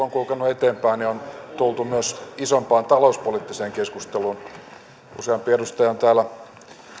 on kulkenut eteenpäin ja on tultu myös isompaan talouspoliittiseen keskusteluun niin useampi edustaja on täällä